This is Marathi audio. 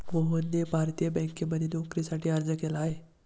मोहनने भारतीय बँकांमध्ये नोकरीसाठी अर्ज केला आहे